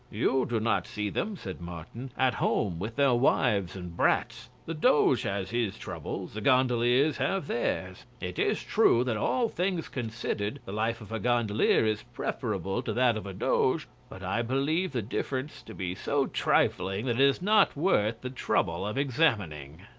you do not see them, said martin, at home with their wives and brats. the doge has his troubles, the gondoliers have theirs. it is true that, all things considered, the life of a gondolier is preferable to that of a doge but i believe the difference to be so trifling that it is not worth the trouble of examining.